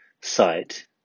site